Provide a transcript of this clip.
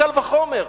קל וחומר.